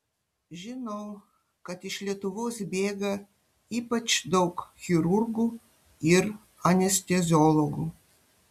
žinau kad iš lietuvos bėga ypač daug chirurgų ir anesteziologų